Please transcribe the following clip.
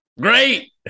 Great